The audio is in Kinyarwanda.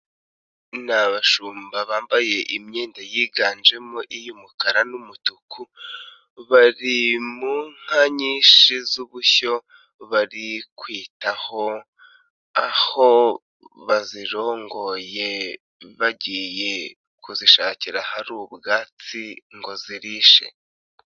Ni abashumba bambaye imyenda yiganjemo iy'umukara n'umutuku, bari mu nka nyinshi z'ubushyo bari kwitaho, aho bazirongoye bagiye kuzishakira aha ubwatsi ngo zirishe.